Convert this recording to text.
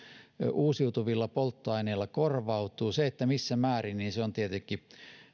uusiutuvilla polttoaineilla korvautuu se missä määrin on tietenkin